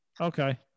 okay